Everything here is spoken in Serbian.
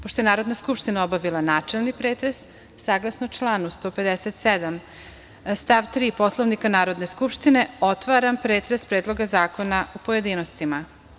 Pošto je Narodna skupština obavila načelni pretres, saglasno članu 157. stav 3. Poslovnika Narodne skupštine, otvaram pretres Predloga zakona u pojedinostima.